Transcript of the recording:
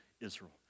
Israel